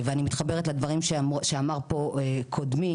אני מתחברת לדברים שאמר פה קודמי,